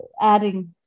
adding